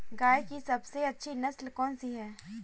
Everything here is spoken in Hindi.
गाय की सबसे अच्छी नस्ल कौनसी है?